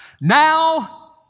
Now